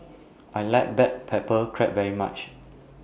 I like Black Pepper Crab very much